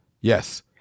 Yes